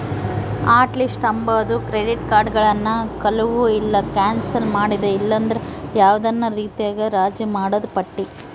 hot list ಅಂಬಾದು credit ಕಾರ್ಡುಗುಳ್ನ ಕಳುವು ಇಲ್ಲ ಕ್ಯಾನ್ಸಲ್ ಮಾಡಿದ ಇಲ್ಲಂದ್ರ ಯಾವ್ದನ ರೀತ್ಯಾಗ ರಾಜಿ ಮಾಡಿದ್ ಪಟ್ಟಿ